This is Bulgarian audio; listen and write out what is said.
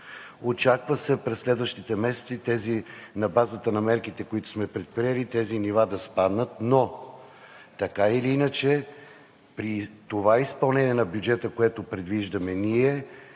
Очаква се през следващите месеци на базата на мерките, които сме предприели, тези нива да спаднат, но така или иначе при това изпълнение на бюджета, което предвиждаме, ние